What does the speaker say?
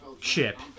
chip